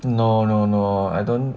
no no no I don't